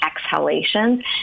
exhalations